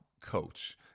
coach